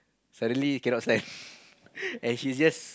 suddenly cannot stand and she just